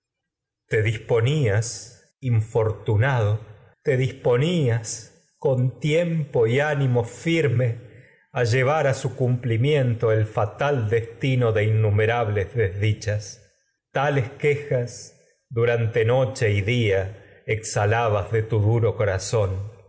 te disponías infortunado te disponías con tiempo y ánimo firme a llevar a su cumplimiento el fa tal destino de innumerables desdichas tales quejas du rante noche y día exhalabas de tu